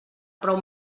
prou